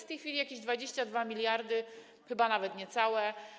W tej chwili tam są jakieś 22 mld, chyba nawet niecałe.